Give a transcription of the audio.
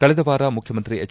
ಕಳೆದ ವಾರ ಮುಖ್ಯಮಂತ್ರಿ ಎಚ್